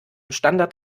standart